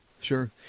Sure